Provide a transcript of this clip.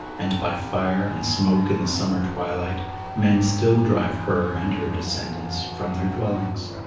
and by fire and smoke in the summer twilight men still drive her and her descendants from their dwellings.